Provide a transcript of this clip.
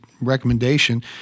recommendation